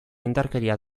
indarkeria